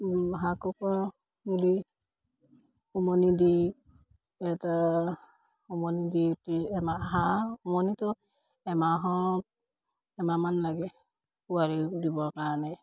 হাঁহ কুকুৰাৰ উমনি দি এটা উমনি দি এমাহ হাঁহ উমনিতো এমাহৰ এমাহমান লাগে পোৱালি দিবৰ কাৰণে